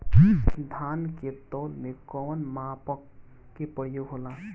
धान के तौल में कवन मानक के प्रयोग हो ला?